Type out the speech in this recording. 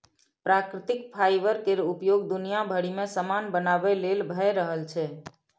प्राकृतिक फाईबर केर उपयोग दुनिया भरि मे समान बनाबे लेल भए रहल छै